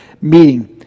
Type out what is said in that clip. meeting